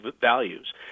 values